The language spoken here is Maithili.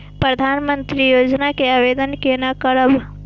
प्रधानमंत्री योजना के आवेदन कोना करब?